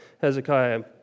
Hezekiah